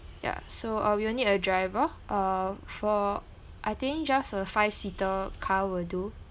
ya so uh we will need a driver uh for I think just a five seater car will do